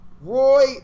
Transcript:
Roy